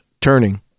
turning